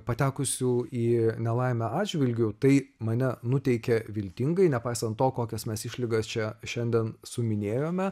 patekusių į nelaimę atžvilgiu tai mane nuteikia viltingai nepaisant to kokias mes išlygas čia šiandien suminėjome